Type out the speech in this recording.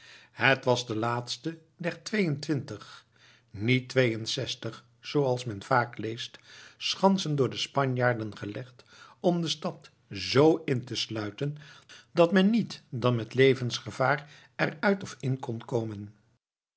het was de laatste der tweeëntwintig niet tweeënzestig zooals men vaak leest schansen door de spanjaarden gelegd om de stad z in te sluiten dat men niet dan met levensgevaar er uit of in kon komen